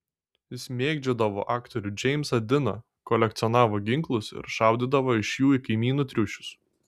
jis mėgdžiodavo aktorių džeimsą diną kolekcionavo ginklus ir šaudydavo iš jų į kaimynų triušius